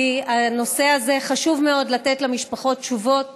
כי הנושא הזה, חשוב מאוד לתת למשפחות תשובות